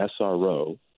SRO